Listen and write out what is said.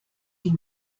sie